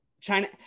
China